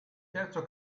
terzo